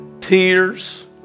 Tears